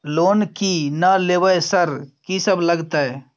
Loan की ना लेबय सर कि सब लगतै?